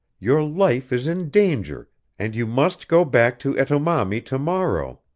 your life is in danger and you must go back to etomami to-morrow.